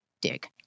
dig